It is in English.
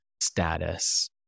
status